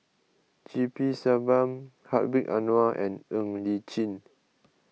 G P Selvam Hedwig Anuar and Ng Li Chin